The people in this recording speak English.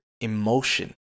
emotion